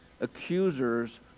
accusers